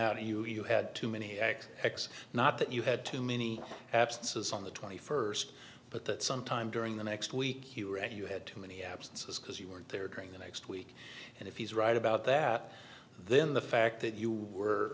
out and you had too many x x not that you had too many absences on the twenty first but that sometime during the next week you were and you had too many absences because you weren't there during the next week and if he's right about that then the fact that you were